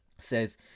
says